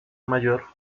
mayor